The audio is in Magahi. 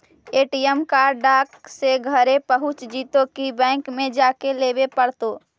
ए.टी.एम कार्ड डाक से घरे पहुँच जईतै कि बैंक में जाके लाबे पड़तै?